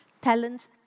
talent